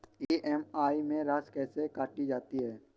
EMI में राशि कैसे काटी जाती है?